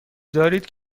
دارید